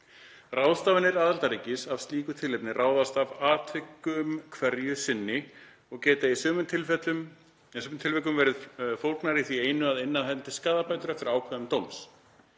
Ráðstafanir aðildarríkis af slíku tilefni ráðast af atvikum hverju sinni og geta í sumum tilvikum verið fólgnar í því einu að inna af hendi skaðabætur eftir ákvæðum dóms.